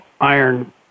iron